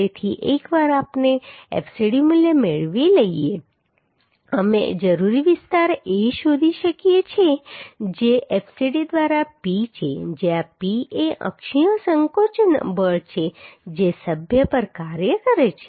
તેથી એકવાર આપણે fcd મૂલ્ય મેળવી લઈએ અમે જરૂરી વિસ્તાર A શોધી શકીએ છીએ જે fcd દ્વારા P છે જ્યાં P એ અક્ષીય સંકોચન બળ છે જે સભ્ય પર કાર્ય કરે છે